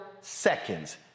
seconds